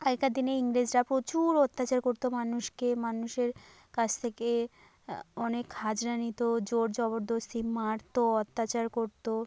আগেকার দিনে ইংরেজরা প্রচুর অত্যাচার করতো মানুষকে মানুষের কাছ থেকে অনেক হাজরা নিতো জোর জবরদস্তি মারতো অত্যাচার করতো